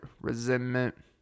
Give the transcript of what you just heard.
resentment